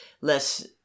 less